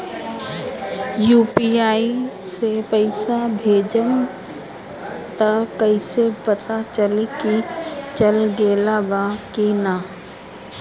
UPI से पइसा भेजम त कइसे पता चलि की चल गेल बा की न?